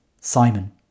Simon